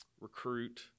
recruit